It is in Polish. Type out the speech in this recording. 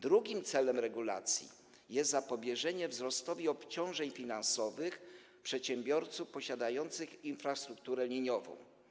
Drugim celem regulacji jest zapobieżenie wzrostowi obciążeń finansowych przedsiębiorców posiadających infrastrukturę liniową.